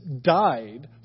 died